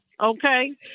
okay